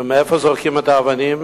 ומאיפה זורקים את האבנים?